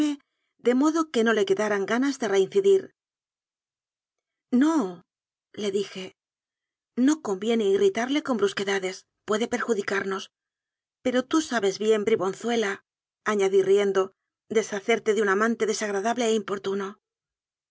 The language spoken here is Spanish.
de modo que no le quedaran ganas de reincidir nole dije no conviene irritarle con brusquedades puede perjudicamos pero tú sabes bien bribonzuelaañadí riendo deshacer te de un amante desagradable e importunno